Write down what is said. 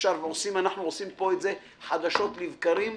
אנחנו עושים פה את זה חדשות לבקרים.